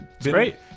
great